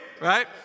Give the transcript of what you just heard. right